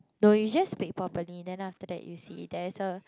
no you just speak properly then after that you see it there is a